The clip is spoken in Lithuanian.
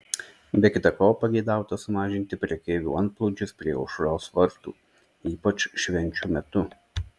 be kita ko pageidauta sumažinti prekeivių antplūdžius prie aušros vartų ypač švenčių metu